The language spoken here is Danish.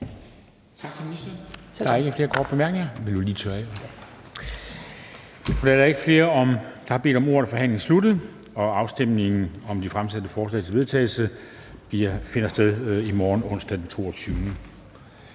Der er ikke flere bemærkninger. Da der ikke er flere, der har bedt om ordet, er forhandlingen sluttet. Afstemningen om de fremsatte forslag til vedtagelse finder sted i morgen, onsdag den